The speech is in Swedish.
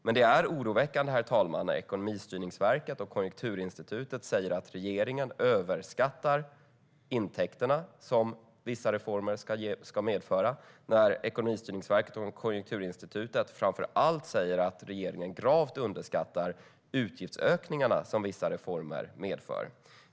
Men det är oroväckande när Ekonomistyrningsverket och Konjunkturinstitutet säger att regeringen överskattar intäkterna som vissa reformer ska medföra och framför allt när samma myndigheter säger att regeringen gravt underskattar utgiftsökningarna som vissa reformer medför.